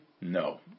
No